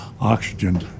oxygen